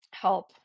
help